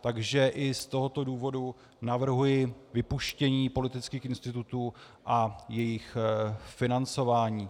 Takže i z tohoto důvodu navrhuji vypuštění politických institutů a jejich financování.